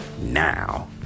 now